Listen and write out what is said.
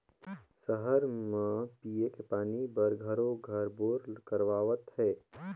सहर म पिये के पानी बर घरों घर बोर करवावत हें